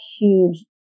huge